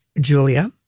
julia